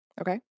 Okay